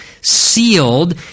sealed